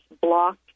blocked